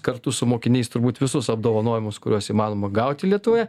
kartu su mokiniais turbūt visus apdovanojimus kuriuos įmanoma gauti lietuvoje